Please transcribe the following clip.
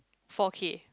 four K